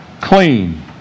clean